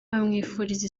bamwifuriza